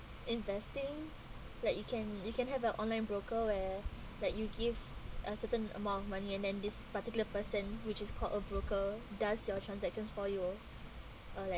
investing like you can you can have a online broker where like you give a certain amount of money and then this particular person which is called a broker does your transaction for you or like